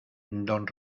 don